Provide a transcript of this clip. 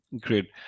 great